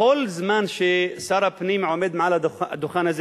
בכל זמן ששר הפנים עומד מעל הדוכן הזה